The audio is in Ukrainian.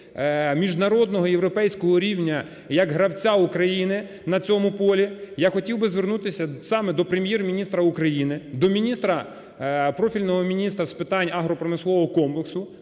міжнародного європейського рівня як гравця України на цьому полі, я хотів би звернутися саме до Прем'єр-міністра України, до міністра, профільного міністра з питань агро-промислового комплексу